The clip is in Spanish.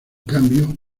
cambio